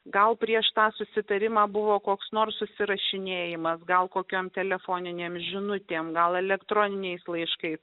gal prieš tą susitarimą buvo koks nors susirašinėjimas gal kokiam telefoniniam žinutėm gal elektroniniais laiškais